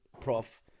Prof